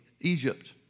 Egypt